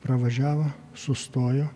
pravažiavo sustojo